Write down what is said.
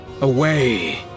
Away